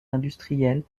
industriels